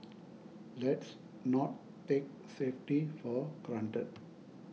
let's not take safety for granted